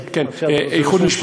הוא לא ענה לשאלה שלי, השנייה.